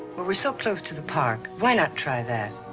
well, we're so close to the park, why not try that?